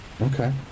okay